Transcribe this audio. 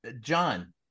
John